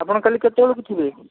ଆପଣ କାଲି କେତେବେଳକୁ ଥିବେ